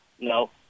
no